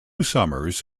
summers